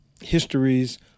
histories